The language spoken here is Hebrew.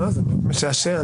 זה משעשע.